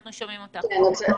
בבקשה.